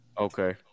okay